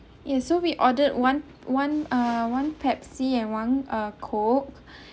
ya so we ordered one one ah one pepsi and one ah coke